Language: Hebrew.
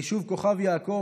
היישוב כוכב יעקב,